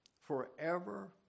Forever